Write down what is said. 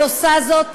אני עושה זאת,